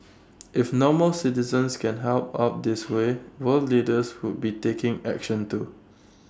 if normal citizens can help out this way world leaders would be taking action too